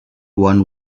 one